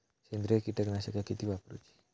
सेंद्रिय कीटकनाशका किती वापरूची?